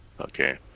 Okay